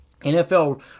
NFL